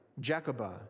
Jacobah